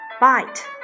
bite